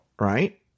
right